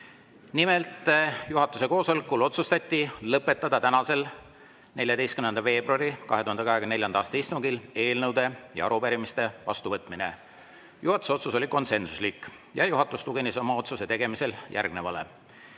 Nimelt, juhatuse koosolekul otsustati lõpetada tänasel, 14. veebruari 2024. aasta istungil eelnõude ja arupärimiste vastuvõtmine. Juhatuse otsus oli konsensuslik. Juhatus tugines oma otsuse tegemisel järgnevale.